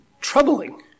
troubling